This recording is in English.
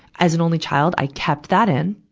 as an only child, i kept that in,